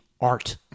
art